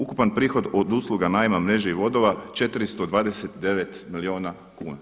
Ukupan prihod od usluga najma mreže i vodova 429 milijuna kuna.